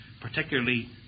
particularly